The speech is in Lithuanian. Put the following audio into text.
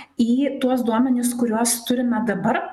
į tuos duomenis kuriuos turime dabar